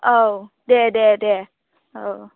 औ दे दे दे औ